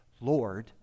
Lord